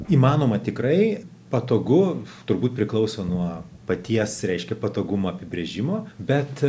įmanoma tikrai patogu turbūt priklauso nuo paties reiškia patogumo apibrėžimo bet